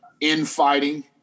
infighting